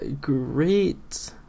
great